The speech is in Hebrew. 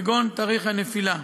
כגון תאריך הנפילה.